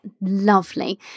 lovely